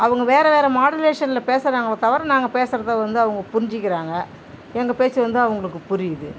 அவங்க வேறு வேறு மாடுலேஷனில் பேசுகிறாங்ளே தவிர நம்ம பேசுகிறத வந்து அவங்க புரிஞ்சுக்கிறாங்க எங்கள் பேச்சு வந்து அவங்களுக்கு புரியுது